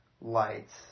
lights